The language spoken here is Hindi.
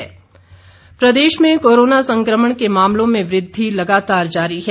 हिमाचल कोरोना प्रदेश में कोरोना संक्रमण के मामलों में वृद्धि लगातार जारी है